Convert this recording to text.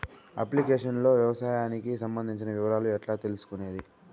Application లో వ్యవసాయానికి సంబంధించిన వివరాలు ఎట్లా తెలుసుకొనేది?